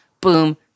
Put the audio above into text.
Boom